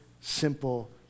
simple